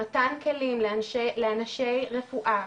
מתן כלים לאנשי רפואה,